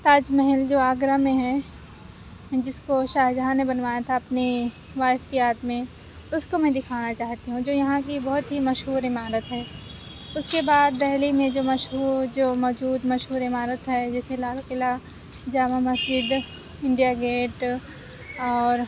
تاج محل جو آگرہ میں ہے جس کو شاہجہاں نے بنوایا تھا اپنے وائف کی یاد میں اُس کو میں دکھانا چاہتی ہوں جو یہاں کی بہت ہی مشہور عمارت ہے اُس کے بعد دہلی میں جو مشہور جو موجود مشہور عمارت ہے جیسے لال قلعہ جامع مسجد انڈیا گیٹ اور